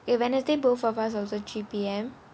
okay wednesday both of us also three P_M